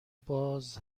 باز